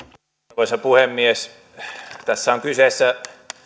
arvoisa puhemies tässä on kyseessä